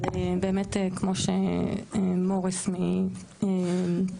אבל באמת, כמו שמוריס אמר.